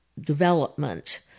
development